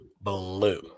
blue